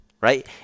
right